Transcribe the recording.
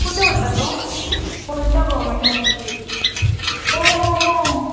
कुटे होता तो कोणत्या गव्हमेंट हॉस्पिटल हो हो हो